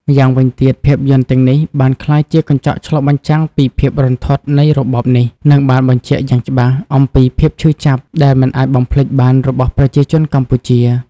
ម្យ៉ាងវិញទៀត ភាពយន្តទាំងនេះបានក្លាយជាកញ្ចក់ឆ្លុះបញ្ចាំងពីភាពរន្ធត់នៃរបបនេះ និងបានបញ្ជាក់យ៉ាងច្បាស់អំពីភាពឈឺចាប់ដែលមិនអាចបំភ្លេចបានរបស់ប្រជាជនកម្ពុជា។